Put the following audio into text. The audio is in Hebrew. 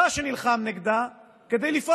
מכך נפתחה מלחמת חרבות ברזל.